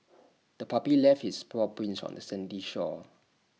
the puppy left its paw prints on the sandy shore